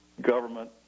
government